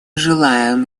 желаем